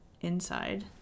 inside